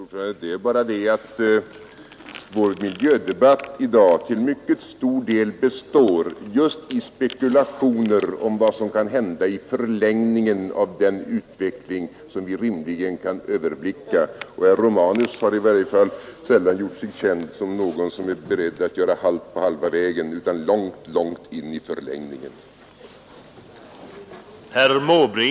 Herr talman! Det är bara så att vår miljödebatt i dag till mycket stor del består just av spekulationer om vad som kan hända i förlängningen av den utveckling som vi rimligen kan överblicka. Och herr Romanus har i varje fall sällan gjort sig känd som någon som är beredd att göra halt på halva vägen utan snarare långt in i förlängningen.